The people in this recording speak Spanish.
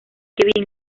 que